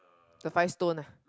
the five stone ah